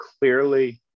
clearly